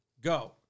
Go